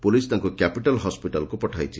police ତାଙ୍କୁ capital ହସିଟାଲ୍କୁ ପଠାଇଛି